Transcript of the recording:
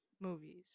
movies